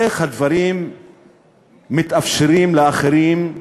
איך הדברים מתאפשרים לאחרים,